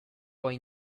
poi